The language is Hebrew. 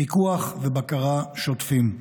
פיקוח ובקרה שוטפים.